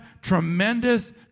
tremendous